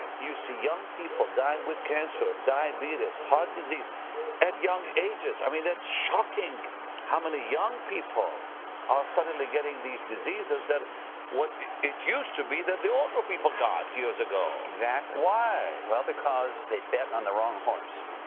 you see young people dying with cancer, diabetes, heart disease at young ages. i mean, that's shocking how many young people are suddenly getting these diseases that what it used to be that the older people got years ago! exactly. why? well, because they bet on the wrong horse.